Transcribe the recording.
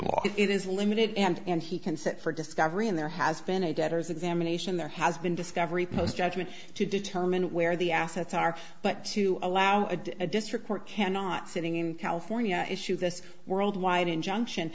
law it is limited and he can sit for discovery and there has been a debtor's examination there has been discovery post judgment to determine where the assets are but to allow a district court cannot sitting in california issued this worldwide